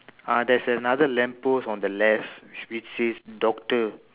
uh there's another lamp post on the left which says doctor